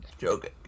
joking